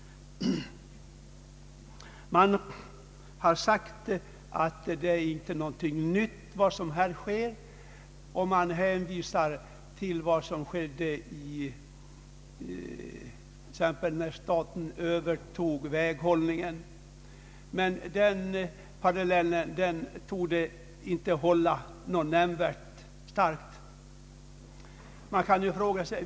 Man säger nu att vad som här föreslås ske inte är något helt nytt, och man hänvisar till vad som skedde när staten övertog väghållningen. Den parallellen torde inte hålla.